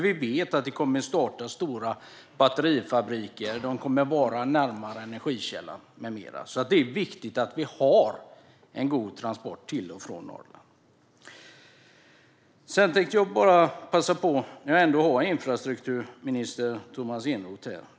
Vi vet att det kommer att starta stora batterifabriker där. De kommer att vara närmare energikällan med mera. Det är viktigt att vi har en god transport till och från Norrland. Sedan tänkte jag passa på att ta upp en annan fråga när jag ändå har infrastrukturminister Tomas Eneroth här.